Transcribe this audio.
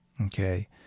okay